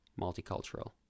multicultural